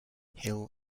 hill